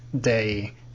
day